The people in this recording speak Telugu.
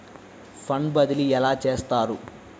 ఫండ్ బదిలీ ఎలా చేస్తారు?